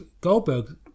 Goldberg